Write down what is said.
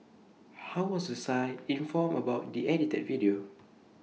how was the site informed about the edited video